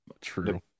true